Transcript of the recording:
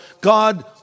God